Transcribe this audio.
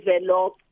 develop